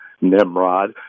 Nimrod